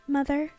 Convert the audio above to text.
Mother